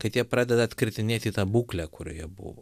kad jie pradeda atkritinėt į tą būklę kurioje buvo